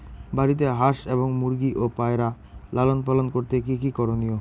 বাড়িতে হাঁস এবং মুরগি ও পায়রা লালন পালন করতে কী কী করণীয়?